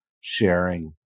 sharing